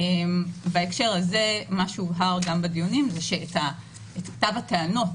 בהקשר הזה הובהר גם בדיונים שאת כתב הטענות